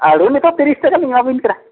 ᱟᱹᱞᱩ ᱱᱤᱛᱳᱜ ᱛᱤᱨᱤᱥ ᱴᱟᱠᱟ ᱞᱤᱧ ᱮᱢᱟ ᱵᱤᱱ ᱠᱟᱱᱟ